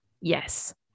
yes